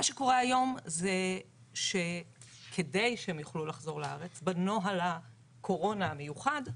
מה שקורה היום זה שכדי שהם יוכלו לחזור לארץ בנוהל הקורונה המיוחד,